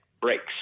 breaks